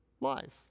life